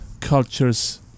cultures